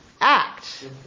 act